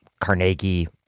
Carnegie